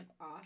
off